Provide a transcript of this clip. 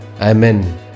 Amen